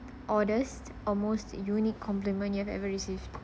oddest or most unique compliment you have ever received